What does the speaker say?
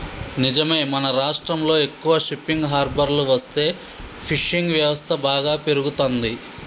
నిజమే మన రాష్ట్రంలో ఎక్కువ షిప్పింగ్ హార్బర్లు వస్తే ఫిషింగ్ వ్యవస్థ బాగా పెరుగుతంది